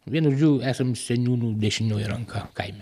vienu žodžiu esam seniūnų dešinioji ranka kaime